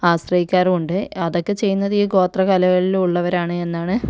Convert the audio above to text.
ആശ്രയിക്കാറുമുണ്ട് അതൊക്കെ ചെയ്യുന്നത് ഈ ഗോത്ര കലകളിൽ ഉള്ളവരാണ് എന്നാണ്